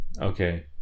Okay